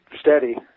steady